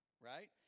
right